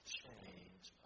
change